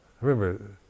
Remember